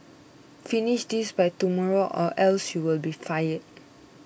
finish this by tomorrow or else you'll be fired